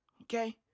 Okay